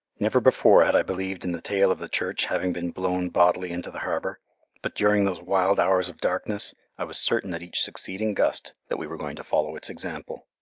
never before had i believed in the tale of the church having been blown bodily into the harbour but during those wild hours of darkness i was certain at each succeeding gust that we were going to follow its example.